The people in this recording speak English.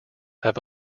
have